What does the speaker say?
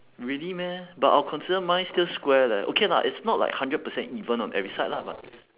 really meh but I'll consider mine still square leh okay lah it's not like hundred percent even on every side lah but